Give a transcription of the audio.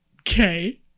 Okay